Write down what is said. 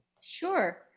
Sure